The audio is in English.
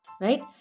right